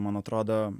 man atrodo